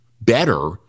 better